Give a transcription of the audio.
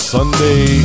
Sunday